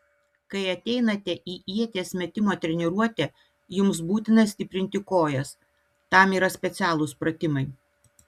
kai ateinate į ieties metimo treniruotę jums būtina stiprinti kojas tam yra specialūs pratimai